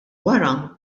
wara